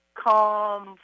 calm